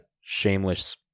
shameless